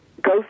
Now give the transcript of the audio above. go